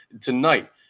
tonight